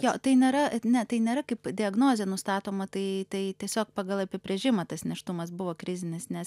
jo tai nėra et ne tai nėra kaip diagnozė nustatoma tai tai tiesiog pagal apibrėžimą tas nėštumas buvo krizinis nes